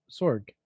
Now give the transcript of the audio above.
Sorg